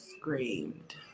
screamed